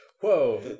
Whoa